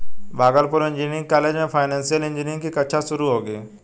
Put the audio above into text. Bhagalpur engineering college में financial engineering की कक्षा शुरू होगी